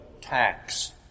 tax